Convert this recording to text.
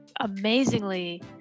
amazingly